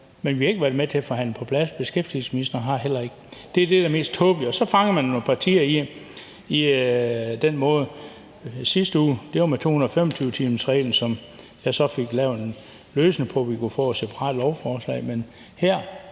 men vi har ikke været med til at forhandle dem på plads. Beskæftigelsesministeren har heller ikke. Det er det, der er det mest tåbelige. Så fanger man nogle partier på den måde. Sidste uge var det med 225-timersreglen, hvor jeg så fik lavet en løsning, så vi kunne få et separat lovforslag.